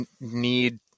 need